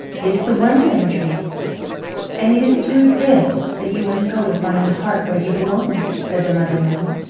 it is the wonder entry and it is through this that you must go to find the heart where you belong, said the mother moon.